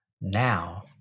Now